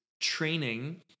training